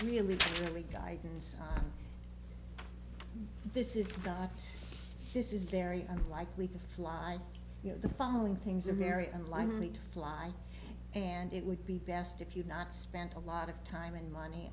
really guidance on this is this is very unlikely to fly you know the following things are very unlikely to fly and it would be best if you not spent a lot of time and money